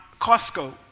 Costco